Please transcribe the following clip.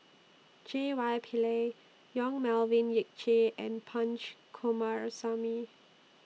J Y Pillay Yong Melvin Yik Chye and Punch Coomaraswamy